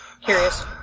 Curious